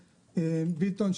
חבר הכנסת ביטון,